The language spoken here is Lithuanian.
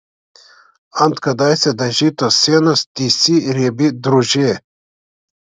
ant kadaise dažytos sienos tįsi riebi drūžė